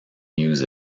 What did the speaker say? use